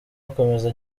akomeza